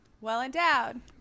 well-endowed